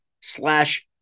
slash